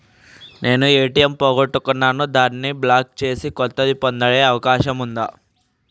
నేను ఏ.టి.ఎం పోగొట్టుకున్నాను దాన్ని బ్లాక్ చేసి కొత్తది పొందే అవకాశం ఉందా?